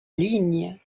ligne